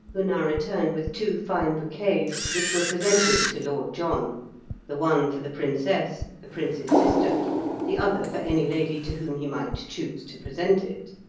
who now returned with two fine bouquets, which were presented to lord john the one for the princess, the prince's sister the other for any lady to whom he might choose to present it.